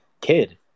kid